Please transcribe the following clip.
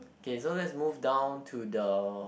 K so let's move down to the